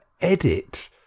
edit